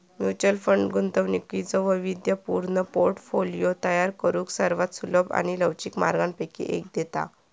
mutual fund गुंतवणुकीचो वैविध्यपूर्ण portfolio तयार करुक सर्वात सुलभ आणि लवचिक मार्गांपैकी एक देता